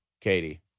Katie